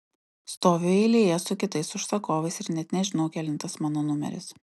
stoviu eilėje su kitais užsakovais ir net nežinau kelintas mano numeris